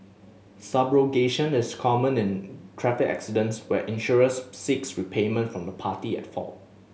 subrogation is common in traffic accidents where insurers seeks repayment from the party at fault